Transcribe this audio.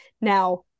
Now